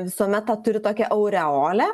visuomet tą turi tokią aureolę